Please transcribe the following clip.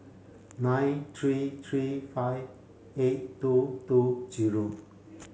nine three three five eight two two headquarters